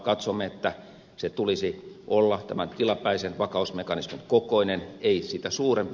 katsomme että sen tulisi olla tämän tilapäisen vakausmekanismin kokoinen ei sitä suurempi